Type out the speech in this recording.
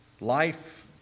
life